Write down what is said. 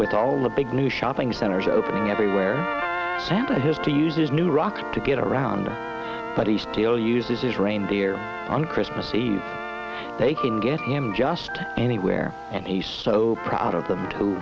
with all the big new shopping centers opening everywhere that it has to use his new rocks to get around but he still uses his reindeer on christmas eve they can get him just anywhere and he's so proud of them